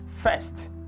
First